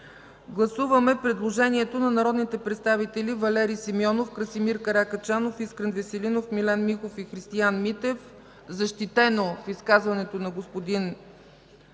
Гласуваме предложението на народните представители Валери Симеонов, Красимир Каракачанов, Искрен Веселинов, Милен Миков и Христиан Митев за промяна в стажа – годините,